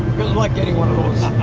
luck getting one of those.